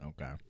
Okay